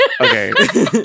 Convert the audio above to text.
Okay